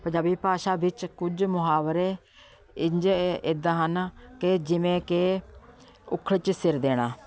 ਪੰਜਾਬੀ ਭਾਸ਼ਾ ਵਿੱਚ ਕੁਝ ਮੁਹਾਵਰੇ ਇੰਝ ਇੱਦਾਂ ਹਨ ਕਿ ਜਿਵੇਂ ਕਿ ਉਖਲੀ 'ਚ ਸਿਰ ਦੇਣਾ